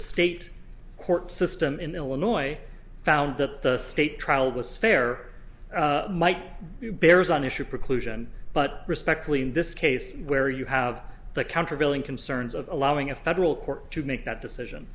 state court system in illinois found that the state trial was fair might be bears on issue preclusion but respectfully in this case where you have the countervailing concerns of allowing a federal court to make that decision